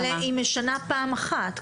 היא משנה פעם אחת,